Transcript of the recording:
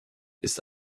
ist